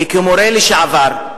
וכמורה לשעבר,